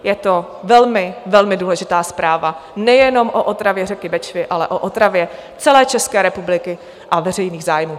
Je to velmi, velmi, důležitá zpráva nejenom o otravě řeky Bečvy, ale o otravě celé České republiky a veřejných zájmů.